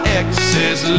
exes